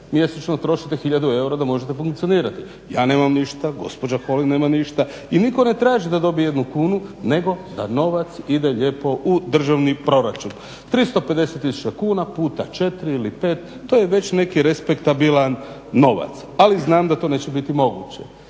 Mjesečno trošite tisuću eura da možete funkcionirati. Ja nemam ništa, gospođa Holy nema ništa i nitko ne traži da dobije jednu kunu nego da novac ide lijepo u državni proračun. 350 tisuća kuna puta 4 ili 5 to je već neki respektabilan novac, ali znam da to neće biti moguće.